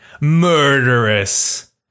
murderous